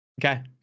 Okay